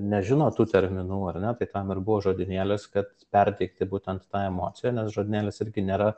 nežino tų terminų ar ne tai tam ir buvo žodynėlis kad perteikti būtent tą emociją nes žodynėlis irgi nėra